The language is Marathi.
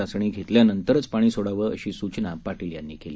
चाचणी घेतल्यानंतरच पाणी सोडावं अशी सूचना पाटील यांनी केली